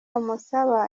umusaba